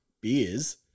Beers